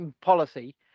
policy